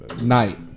night